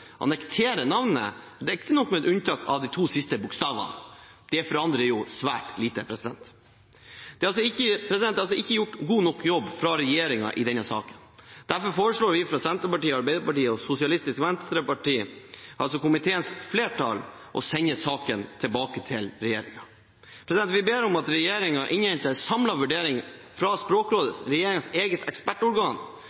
navnet, riktignok med unntak av de to siste bokstavene. Det forandrer svært lite. Det er ikke gjort en god nok jobb av regjeringen i denne saken. Derfor foreslår vi fra Arbeiderpartiet, Senterpartiet og SV, altså komiteens flertall, å sende saken tilbake til regjeringen. Vi ber om at regjeringen innhenter en samlet vurdering fra Språkrådet,